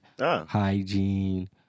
hygiene